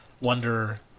Wonder